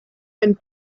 and